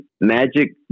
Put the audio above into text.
Magic